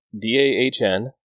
D-A-H-N